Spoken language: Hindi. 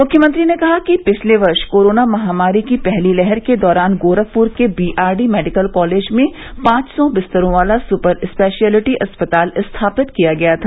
मुख्यमंत्री ने कहा कि पिछले वर्ष कोरोना महामारी की पहली लहर के दौरान गोरखपुर के बीआरडी मेडिकल कॉलेज में पांच सौ बिस्तरों वाला सुपर स्पेशियलिटी अस्पताल स्थापित किया गया था